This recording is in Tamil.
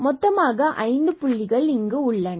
மொத்தமாக ஐந்து புள்ளிகள் இங்கு உள்ளன